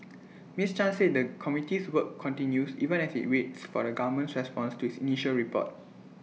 miss chan said the committee's work continues even as IT waits for the government's response to its initial report